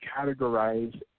categorize